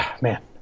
man